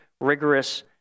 rigorous